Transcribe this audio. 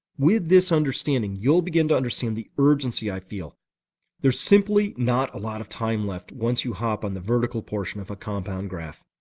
with this understanding, you'll begin to understand the urgency i feel there's simply not a lot of time left once you hop on the vertical portion of a compound graph.